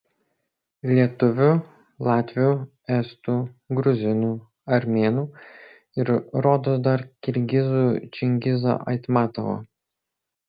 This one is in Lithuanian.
lietuvių latvių estų gruzinų armėnų ir rodos dar kirgizų čingizo aitmatovo